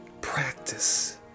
practice